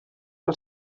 del